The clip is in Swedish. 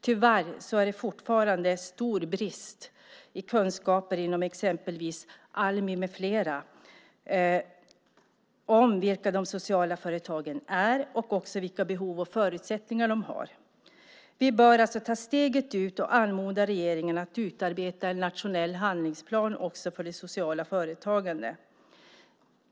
Tyvärr är det fortfarande stor brist i kunskaper inom exempelvis Almi om vilka de sociala företagen är och vilka behov och förutsättningar de har. Vi bör ta steget ut och anmoda regeringen att utarbeta en nationell handlingsplan för det sociala företagandet.